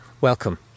welcome